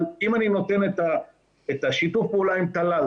אבל אם אני נותן את השיתוף פעולה עם תל"ל,